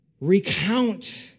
recount